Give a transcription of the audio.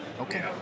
Okay